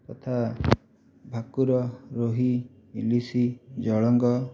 ତଥା ଭାକୁର ରୋହି ଇଲିଶି ଜଳଙ୍ଗ